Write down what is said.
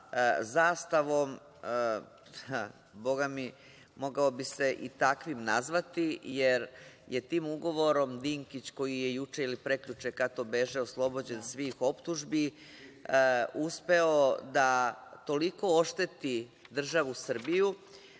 „Zastavom“ mogao bi se i takvim nazvati, jer je tim ugovorom Dinkić koji je juče ili prekjuče, oslobođen svih optužbi, uspeo da toliko ošteti državu Srbiju,